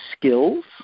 skills